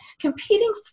competing